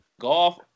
golf